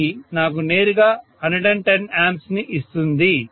ఇది నాకు నేరుగా 110 A ని ఇస్తుంది